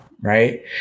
right